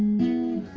you